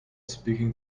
speaking